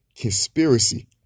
conspiracy